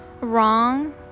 wrong